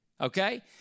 okay